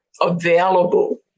available